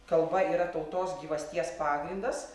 kalba yra tautos gyvasties pagrindas